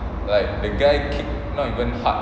like the guy kick not even hard